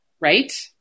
Right